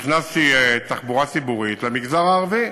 הכנסתי תחבורה ציבורית למגזר הערבי,